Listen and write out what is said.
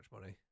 money